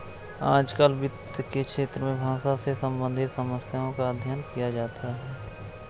आजकल वित्त के क्षेत्र में भाषा से सम्बन्धित समस्याओं का अध्ययन किया जाता है